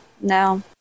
No